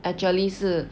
actually 是